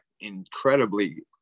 incredibly